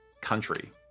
country